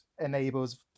enables